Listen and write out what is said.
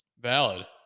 valid